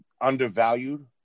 undervalued